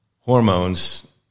hormones